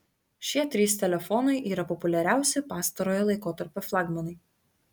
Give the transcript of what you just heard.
šie trys telefonai yra populiariausi pastarojo laikotarpio flagmanai